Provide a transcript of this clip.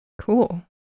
Cool